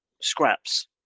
scraps